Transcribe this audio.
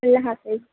اللہ حافظ